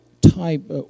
type